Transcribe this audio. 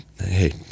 Hey